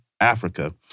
Africa